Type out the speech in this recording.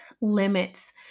limits